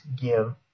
give